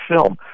film